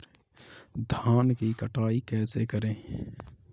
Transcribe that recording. धान की कटाई कैसे करें?